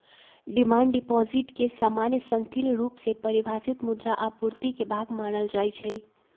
demand deposit के सामान्य संकीर्ण रुप से परिभाषित मुद्रा आपूर्ति के भाग मानल जाइ छै